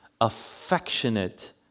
affectionate